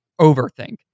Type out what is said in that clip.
overthink